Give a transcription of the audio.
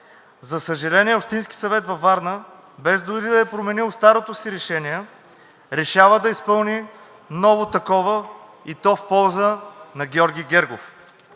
За съжаление, Общинският съвет във Варна, без дори да е променил старото си решение, решава да изпълни ново такова, и то в полза на Георги Гергов.